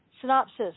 Synopsis